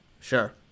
Sure